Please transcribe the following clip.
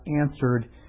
answered